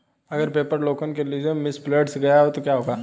अगर paper token खो misplaced गया तो क्या होगा?